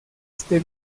este